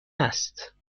است